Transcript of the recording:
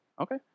Okay